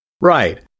Right